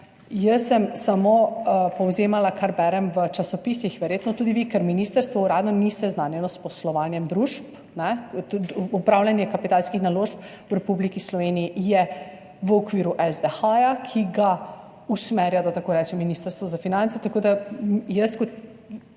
Jaz sem samo povzemala, kar berem v časopisih, verjetno tudi vi, ker ministrstvo uradno ni seznanjeno s poslovanjem družb. Upravljanje kapitalskih naložb v Republiki Sloveniji je v okviru SDH, ki ga usmerja, da tako rečem, Ministrstvo za finance, tako da jaz kot